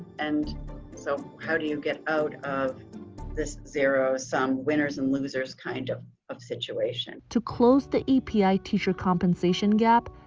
and so how do you get out of this zero sum winners and losers kind of of situation to close the epi teacher compensation gap?